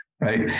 Right